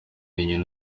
wenyine